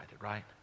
right